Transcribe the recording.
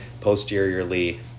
posteriorly